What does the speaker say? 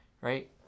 right